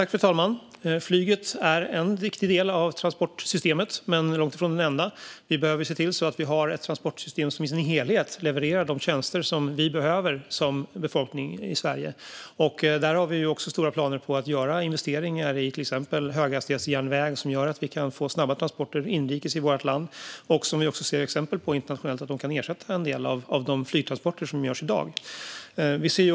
Fru talman! Flyget är en viktig del av transportsystemet, men långt ifrån den enda. Vi behöver se till att Sverige har ett transportsystem som i sin helhet levererar de tjänster som befolkningen behöver. Vi har också stora planer på investeringar i till exempel höghastighetsjärnväg, som gör att vi kan få snabba transporter inrikes. Det finns internationella exempel på att höghastighetståg kan ersätta en del av de flygtransporter som görs i dag.